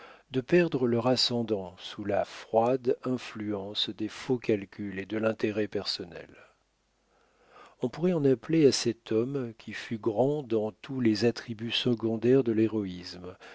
de perdre leur ascendant sous la froide influence des faux calculs et de l'intérêt personnel on pourrait en appeler à cet homme qui fut grand dans tous les attributs secondaires de l'héroïsme